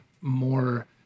more